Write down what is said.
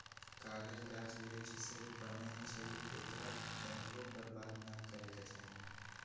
कागज गाछ वृक्ष से बनै छइ एकरा अनेरो बर्बाद नऽ करे के चाहि